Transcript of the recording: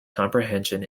comprehension